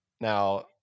Now